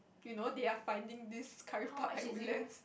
you know they are finding this curry puff at Woodlands